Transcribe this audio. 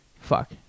fuck